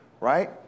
right